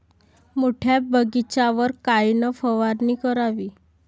मोठ्या बगीचावर कायन फवारनी करावी?